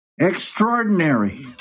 Extraordinary